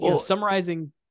summarizing